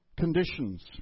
Conditions